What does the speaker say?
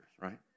right